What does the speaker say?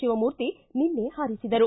ಶಿವಮೂರ್ತಿ ನಿನ್ನೆ ಹಾರಿಸಿದರು